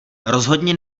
rozhodně